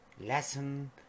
Lesson